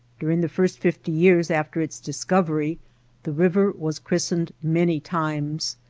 during the first fifty years after its discovery the river was christened many times,